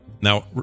now